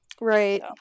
Right